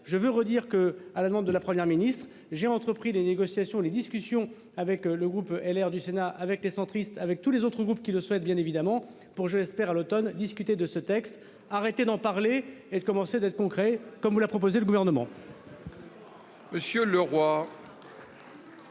Je veux redire que, à la demande de la Première ministre j'ai entrepris des négociations, les discussions avec le groupe LR du Sénat avec les centristes avec tous les autres groupes qui le souhaite bien évidemment pour j'espère à l'automne, discuter de ce texte. D'en parler et de commencer d'être concret, comme vous l'a proposé le gouvernement.